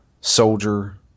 soldier